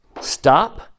Stop